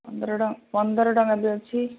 ପନ୍ଦର ଟଙ୍କା ପନ୍ଦର ଟଙ୍କା ବି ଅଛି